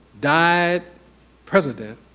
dyed president,